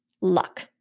luck